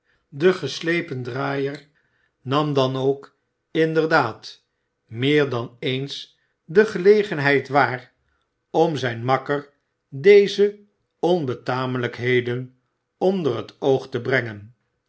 de geslepen draaier nam dan ook inderdaad meer dan eens de gelegenheid waar om zijn makker deze onbetamelijkheden onder het oog te brengen